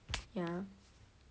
yeah